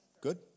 Good